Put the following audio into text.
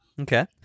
Okay